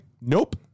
Nope